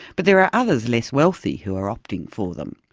but there are others less wealthy who are opting for them.